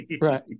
Right